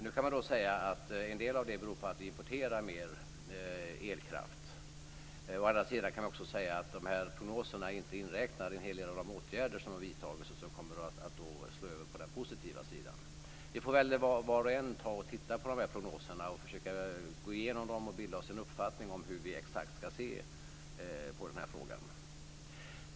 Nu kan man säga att en del av det beror på att vi importerar mer elkraft. Å andra sidan kan man också säga att en hel del av de åtgärder som har vidtagits och som kommer att slå över på den positiva sidan inte är inräknade i dessa prognoser. Var och en får väl titta på dessa prognoser och försöka gå igenom dem och bilda en uppfattning om hur man exakt skall se på denna fråga.